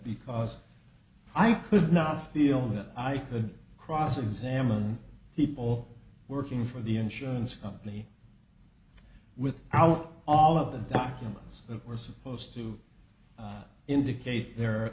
because i could not feel that i could cross examine people working for the insurance company with out all of the documents that were supposed to indicate the